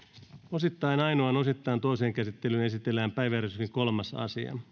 osittain ainoaan osittain toiseen käsittelyyn esitellään päiväjärjestyksen kolmas asia